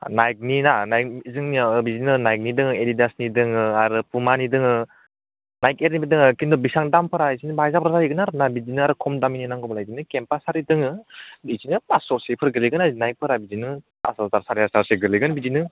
नाइकनि ना नाइकनि जोंनियाव बिदिनो नाइकनि दङ इदिदासनि दङ आरो पुमानि दङ नाइक इयारनिबो दङ किन्तु बेसेबां दामफोरा बाङाय बुरजा जाहैगोन आरो ना बिदिनो आरो खम दामिनि नांगौबालाय बिदिनो केम्पास आरि दङ बिदिनो फासस'सोफोर गोग्लैगोन आरो नाइकफोरा बिदिनो फास हाजार सारि हाजारसो गोलैगोन बिदिनो